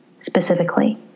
specifically